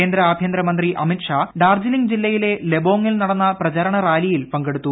കേന്ദ്ര ആഭ്യന്തരമന്ത്രി അമിത് ഷാ ഡാർജലിങ് ജില്ലയിലെ ലബോങിൽ നടന്ന പ്രചരണ റാലിയിൽ പങ്കെടുത്തു